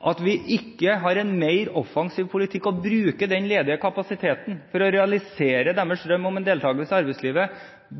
At vi ikke har en mer offensiv politikk og bruker den ledige kapasiteten for å realisere deres drøm om en deltakelse i arbeidslivet